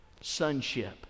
Sonship